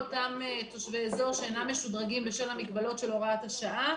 לכל אותם תושבי אזור שאינם משודרגים בשל המגבלות של הוראת השעה.